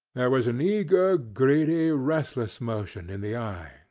there was an eager, greedy, restless motion in the eye,